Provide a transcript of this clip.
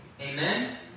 Amen